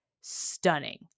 stunning